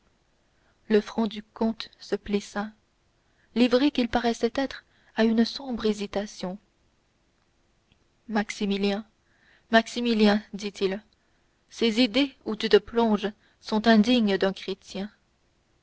le front du comte se plissa livré qu'il paraissait être à une sombre hésitation maximilien maximilien dit-il ces idées où tu plonges sont indignes d'un chrétien